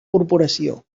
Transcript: corporació